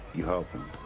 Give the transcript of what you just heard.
you help them.